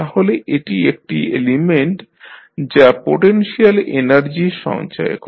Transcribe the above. তাহলে এটি একটি এলিমেন্ট যা পোটেনশিয়াল এনার্জি সঞ্চয় করে